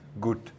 good